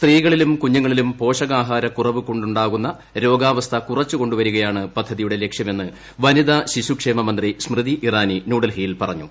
സ്ത്രീകളിലും കുഞ്ഞുങ്ങളിലും പോഷകാഹാരക്കുറവ് കൊണ്ടുണ്ടാ കുന്ന രോഗാവസ്ഥ കുറച്ചുകൊണ്ടുവരുകയാണ് പദ്ധതിയുടെ ലക്ഷ്യമെന്ന് വനിതാ ശിശു ക്ഷേമ മന്ത്രി സ്മൃതി ഇറാനി ന്യൂഡൽഹിയിൽ പറഞ്ഞു